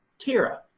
tira.